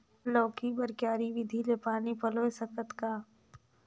लौकी बर क्यारी विधि ले पानी पलोय सकत का?